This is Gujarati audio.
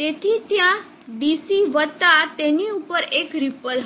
તેથી ત્યાં DC વત્તા તેની ઉપર એક રીપલ હશે